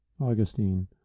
Augustine